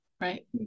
Right